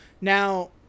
Now